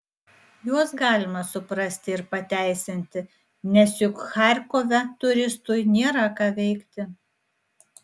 juos galima suprasti ir pateisinti nes juk charkove turistui nėra ką veikti